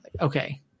Okay